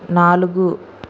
నాలుగు